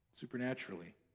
supernaturally